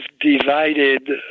divided